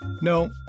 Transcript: No